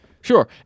Sure